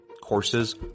Courses